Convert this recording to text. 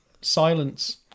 silence